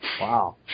Wow